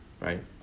right